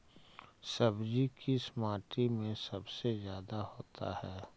सब्जी किस माटी में सबसे ज्यादा होता है?